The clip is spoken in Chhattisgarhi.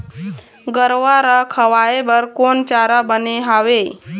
गरवा रा खवाए बर कोन चारा बने हावे?